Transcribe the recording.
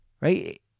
right